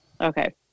Okay